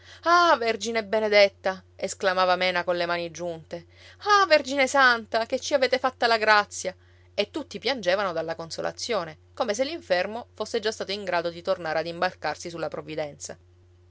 ah vergine benedetta esclamava mena colle mani giunte ah vergine santa che ci avete fatta la grazia e tutti piangevano dalla consolazione come se l'infermo fosse già stato in grado di tornare ad imbarcarsi sulla provvidenza